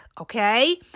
okay